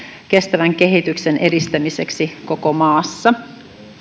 kestävän kehityksen edistämiseksi koko maassa